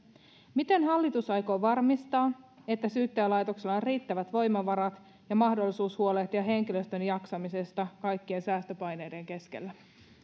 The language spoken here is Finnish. miten hallitus aikoo varmistaa että syyttäjälaitoksella on riittävät voimavarat ja mahdollisuus huolehtia henkilöstön jaksamisesta kaikkien säästöpaineiden keskellä